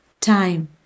time